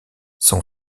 son